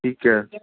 ਠੀਕ ਐ